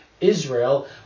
Israel